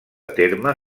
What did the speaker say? terme